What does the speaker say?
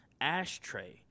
ashtray